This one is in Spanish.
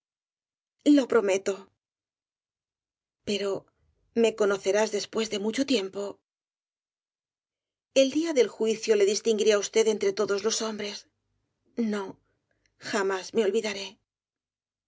verme lo prometo pero me conocerás después de mucho tiempo el día del juicio le distinguiré á usted entre todos los hombres no jamás me olvidaré